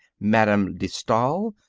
madame de stael,